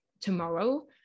tomorrow